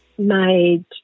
Made